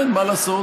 אנחנו חשבנו